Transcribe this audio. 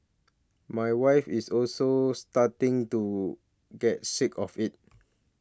my wife is also starting to get sick of it